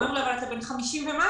הוא אמר לו: אבל אתה בן 50 ומשהו.